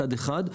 מצד אחד,